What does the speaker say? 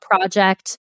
project